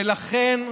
ולכן,